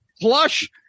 plush